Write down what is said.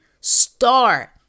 start